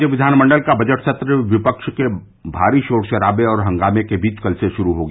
राज्य विधानमंडल का बजट सत्र विपक्ष के भारी शोर शराबे और हंगामे के बीच कल से शुरू हो गया